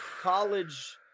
college